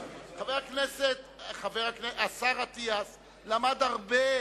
השר אטיאס למד הרבה